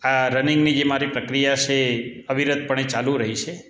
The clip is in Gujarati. આ રનિંગની જે મારી પ્રક્રિયા છે અવિરત પણે ચાલું રહી છે